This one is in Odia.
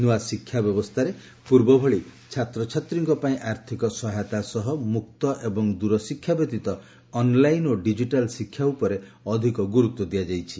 ନ୍ନଆ ଶିକ୍ଷା ବ୍ୟବସ୍ଥାରେ ପୂର୍ବଭଳି ଛାତ୍ରଛାତ୍ରୀଙ୍କ ପାଇଁ ଆର୍ଥକ ସହାୟତା ସହ ମୁକ୍ତ ଏବଂ ଦୂର ଶିକ୍ଷା ବ୍ୟତୀତ ଅନ୍ଲାଇନ୍ ଓ ଡିକିଟାଲ୍ ଶିକ୍ଷା ଉପରେ ଅଧିକ ଗୁରୁତ୍ୱ ଦିଆଯାଇଛି